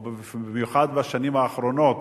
או במיוחד בשנים האחרונות,